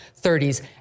30s